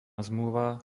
zmluva